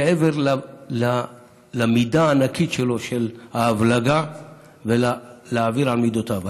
מעבר למידה הענקית שלו של ההבלגה ולהעביר על מידותיו,